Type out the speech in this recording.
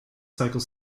cycle